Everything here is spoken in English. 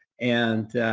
and